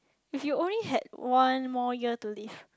if you only had one more year to live